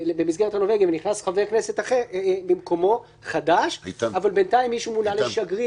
הנורבגי המקורי הוא שינוי שיטת ממשל כמעט לגמרי,